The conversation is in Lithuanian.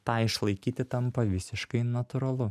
tą išlaikyti tampa visiškai natūralu